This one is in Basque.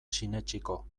sinetsiko